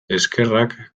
eskerrak